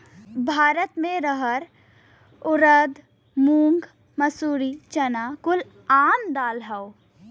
भारत मे रहर ऊरद मूंग मसूरी चना कुल आम दाल हौ